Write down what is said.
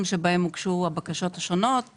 שבהם הוגשו הוגשו הבקשות השונות למבקר,